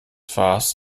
fass